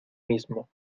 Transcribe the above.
mismo